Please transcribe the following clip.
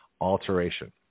alteration